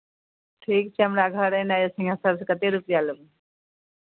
ठीक छै हमरा घर एनाइ यए सिंहेश्वरसँ कतेक रुपैआ लेबै